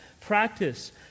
practice